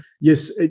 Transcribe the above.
Yes